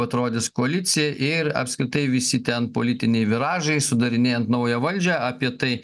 atrodys koalicija ir apskritai visi ten politiniai viražai sudarinėjant naują valdžią apie tai